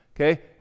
Okay